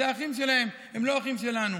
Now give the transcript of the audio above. הם האחים שלהם, הם לא האחים שלנו.